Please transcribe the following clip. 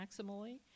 maximally